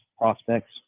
prospects